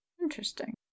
Interesting